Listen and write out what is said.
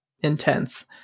intense